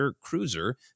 cruiser